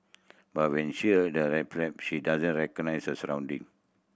but when she had a she doesn't recognise her surrounding